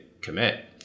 commit